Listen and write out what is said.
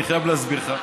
אני חייב להסביר לך.